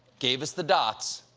gave us the dots.